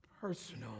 personal